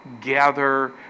gather